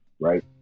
Right